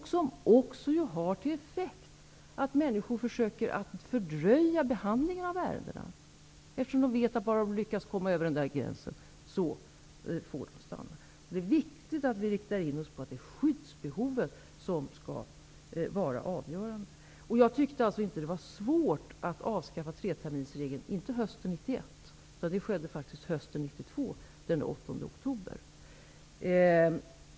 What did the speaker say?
De reglerna har ju också till effekt att människor försöker fördröja behandlingen av ärendena, eftersom de vet att de får stanna om de har lyckats komma över tidsgränsen. Det är viktigt att vi riktar in oss på att det är skyddsbehovet som skall vara avgörande. Jag tyckte alltså inte att det var svårt att avskaffa treterminsregeln. Det skedde inte hösten 1991, utan faktiskt hösten 1992 -- den 8 oktober.